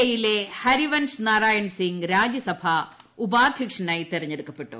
A യിലെ ഹരിവൻഷ് നാരായൺസിംഗ് രാജ്യസഭാ ഉപാധ്യക്ഷനായി തിരഞ്ഞെടുക്കപ്പെട്ടു